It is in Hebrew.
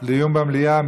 דיון במליאה?